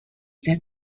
that